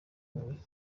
huye